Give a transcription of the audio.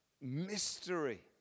mystery